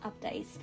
updates